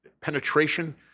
penetration